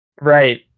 Right